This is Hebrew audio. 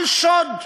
על שוד.